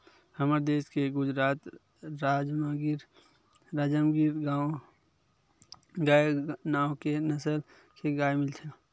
हमर देस के गुजरात राज म गीर गाय नांव के नसल के गाय मिलथे